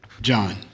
John